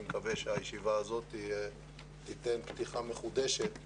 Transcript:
אני מקווה שהישיבה הזאת תיתן פתיחה מחודשת.